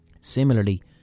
similarly